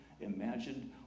imagined